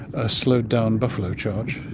a slowed-down buffalo charge.